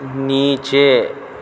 نیچے